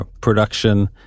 production